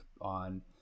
on